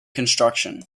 construction